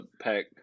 pack